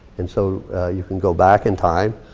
and so you can go back in time.